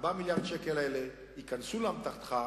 4 מיליארדי השקלים האלה ייכנסו לאמתחתך,